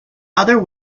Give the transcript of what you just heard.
other